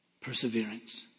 Perseverance